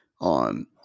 on